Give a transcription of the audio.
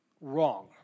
Wrong